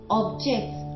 objects